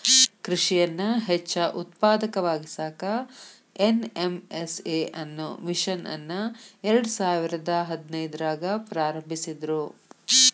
ಕೃಷಿಯನ್ನ ಹೆಚ್ಚ ಉತ್ಪಾದಕವಾಗಿಸಾಕ ಎನ್.ಎಂ.ಎಸ್.ಎ ಅನ್ನೋ ಮಿಷನ್ ಅನ್ನ ಎರ್ಡಸಾವಿರದ ಹದಿನೈದ್ರಾಗ ಪ್ರಾರಂಭಿಸಿದ್ರು